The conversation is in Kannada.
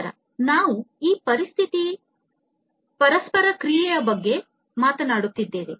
ನಂತರ ನಾವು ಈ ಪರಸ್ಪರ ಕ್ರಿಯೆಯ ಬಗ್ಗೆ ಮಾತನಾಡುತ್ತಿದ್ದೇವೆ